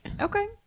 Okay